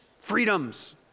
freedoms